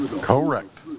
Correct